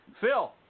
Phil